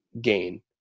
gain